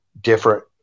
different